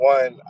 One